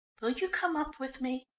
will you come up with me?